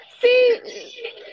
See